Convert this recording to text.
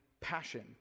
passion